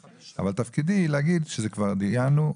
אבל תפקידי להגיד שכבר דנו,